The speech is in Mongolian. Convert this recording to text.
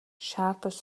шаардаж